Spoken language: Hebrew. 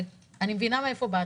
ואני מבינה מאיפה באת,